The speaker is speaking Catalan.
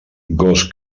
gos